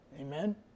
Amen